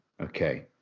okay